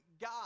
God